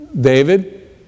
David